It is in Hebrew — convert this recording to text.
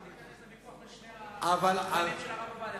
אל תיכנס לוויכוח בין שני הבנים של הרב עובדיה.